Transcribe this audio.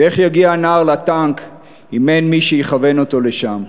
ואיך יגיע הנער לטנק אם אין מי שיכוון אותו לשם?